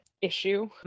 issue